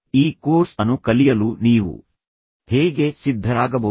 ಈ ಕೋರ್ಸ್ ಅನ್ನು ಕಲಿಯಲು ನೀವು ಹೇಗೆ ಸಿದ್ಧರಾಗಬಹುದು